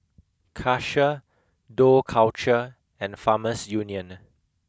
Karcher Dough Culture and Farmers Union